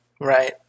Right